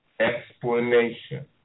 explanation